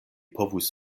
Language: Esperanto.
povus